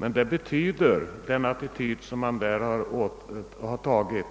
Men denna attityd betyder,